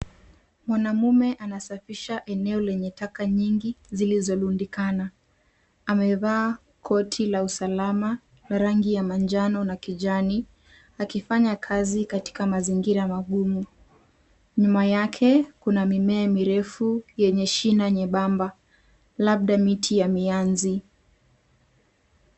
Mwanamume anasafisha eneo lenye taka nyingi zilizorundikana. Amevaa koti la usalama rangi ya manjano na kijani akifanya kazi katika mazingira magumu. Nyuma yake kuna mimea mirefu yenye shina nyembamba labda miti ya mianzi.